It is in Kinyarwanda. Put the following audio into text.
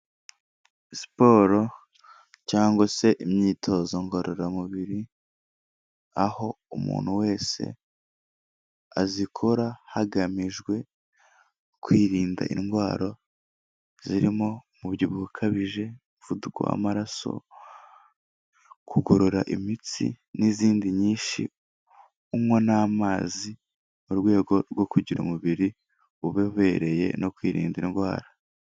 Siporo cyangwa se imyitozo ngororamubiri, aho umuntu wese azikora hagamijwe kwirinda indwara zirimo umubyibuho ukabije, umuvuduko w'amaraso, kugorora imitsi n'izindi nyinshi, unywa n'amazi, mu rwego rwo kugira umubiri ubobereye no kwirinda indwara.